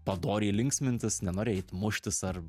padoriai linksmintis nenori eit muštis ar